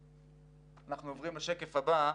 אנחנו עוברים לשקף הבא.